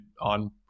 on